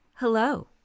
Hello